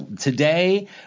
today